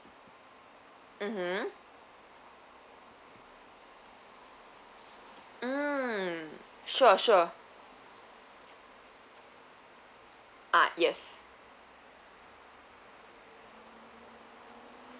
mmhmm um sure sure ah yes